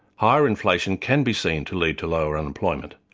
higher inflation can be seen to lead to lower unemployment.